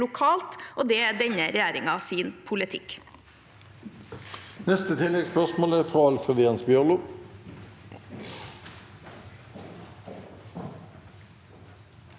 og det er denne regjeringens politikk.